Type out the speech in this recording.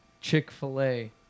chick-fil-a